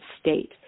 state